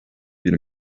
bir